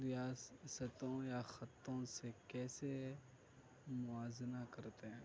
ریاستوں یا خطوں سے کیسے موازنہ کرتے ہیں